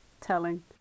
telling